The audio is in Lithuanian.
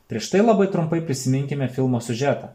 prieš tai labai trumpai prisiminkime filmo siužetą